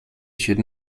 should